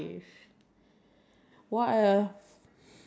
what are the some fun looks to